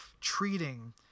treating